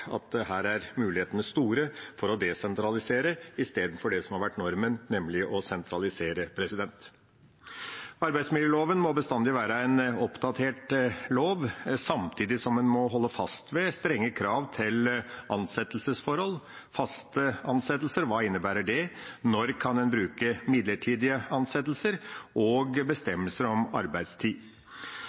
at her er mulighetene store for å desentralisere, istedenfor det som har vært normen, nemlig å sentralisere. Arbeidsmiljøloven må bestandig være en oppdatert lov, samtidig som en må holde fast ved strenge krav til ansettelsesforhold. Det gjelder faste ansettelser, hva innebærer det, når kan en bruke midlertidige ansettelser – og bestemmelser om arbeidstid.